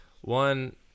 One